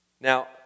Now